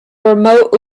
remote